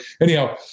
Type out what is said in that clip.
anyhow